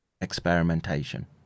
experimentation